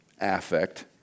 affect